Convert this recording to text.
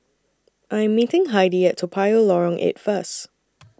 I Am meeting Heidy At Toa Payoh Lorong eight First